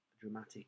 dramatic